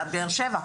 בבאר שבע,